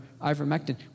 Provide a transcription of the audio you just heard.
ivermectin